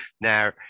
Now